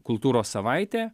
kultūros savaitė